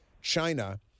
China